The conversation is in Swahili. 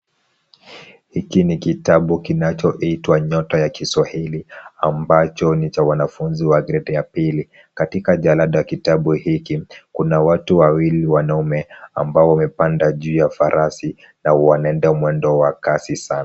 Hiki ni kitabu kinachoitwa Nyota ya Kiswahili, ambacho ni cha wanafunzi wa gredi ya pili. Katika jalada ya kitabu hiki, kuna watu wawili wanaume ambao wamepanda juu ya farasi, na wanaenda mwendo wa kasi sana.